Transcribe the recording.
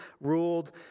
ruled